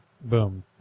boom